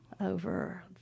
over